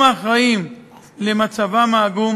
הם האחראים למצבם העגום